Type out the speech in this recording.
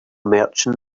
merchant